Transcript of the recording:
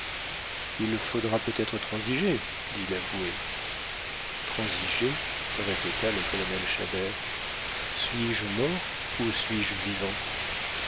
il faudra peut-être transiger dit l'avoué transiger répéta le colonel chabert suis-je mort ou suis-je vivant